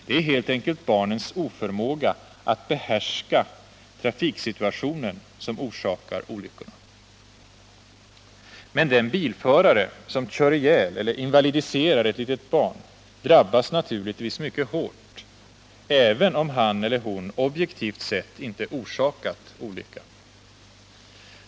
Det är helt enkelt barnens oförmåga att behärska trafiksituationen som orsakar olyckorna. Men den bilförare som kör ihjäl eller invalidiserar ett litet barn drabbas naturligtvis mycket hårt — även om han eller hon objektivt sett inte orsakat olyckan.